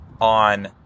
on